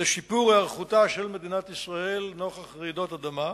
לשיפור היערכותה של מדינת ישראל נוכח רעידות אדמה.